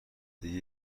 دیگه